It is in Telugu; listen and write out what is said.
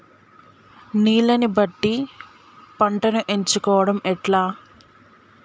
నీళ్లని బట్టి పంటను ఎంచుకోవడం ఎట్లా?